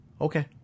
okay